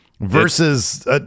versus